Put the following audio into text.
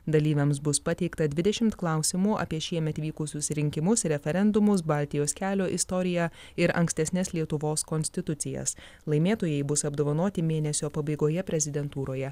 dalyviams bus pateikta dvidešimt klausimų apie šiemet vykusius rinkimus referendumus baltijos kelio istoriją ir ankstesnes lietuvos konstitucijas laimėtojai bus apdovanoti mėnesio pabaigoje prezidentūroje